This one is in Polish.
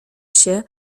się